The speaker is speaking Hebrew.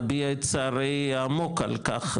אביע את צערי העמוק על כך,